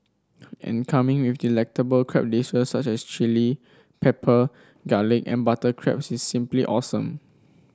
and coming with delectable crab dishes such as chilli pepper garlic and butter crabs it's simply awesome